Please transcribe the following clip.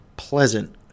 pleasant